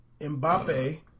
Mbappe